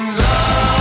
love